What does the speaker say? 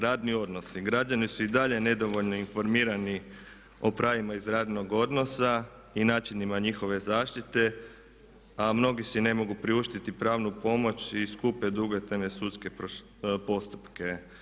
Radni odnosi, građani su i dalje nedovoljno informirani o pravima iz radnog odnosa i načinima njihove zaštite a mnogi si i ne mogu priuštiti pravnu pomoć i skupe dugotrajne sudske postupke.